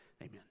amen